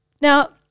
Now